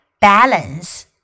balance